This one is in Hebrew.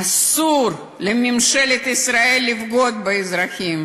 אסור לממשלת ישראל לבגוד באזרחים